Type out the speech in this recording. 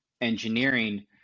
engineering